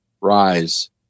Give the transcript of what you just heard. rise